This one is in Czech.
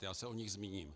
Já se o nich zmíním.